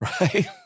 Right